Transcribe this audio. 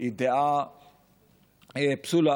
היא דעה פסולה.